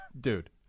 dude